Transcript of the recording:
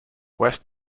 west